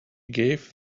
gave